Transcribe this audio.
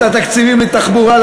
את התקציבים לתחבורה,